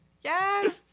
Yes